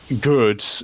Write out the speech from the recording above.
good